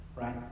Right